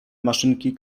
maszynki